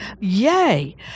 yay